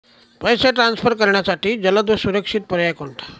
पैसे ट्रान्सफर करण्यासाठी जलद व सुरक्षित पर्याय कोणता?